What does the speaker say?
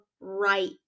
right